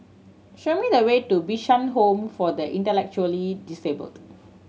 show me the way to Bishan Home for the Intellectually Disabled